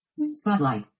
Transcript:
Spotlight